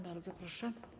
Bardzo proszę.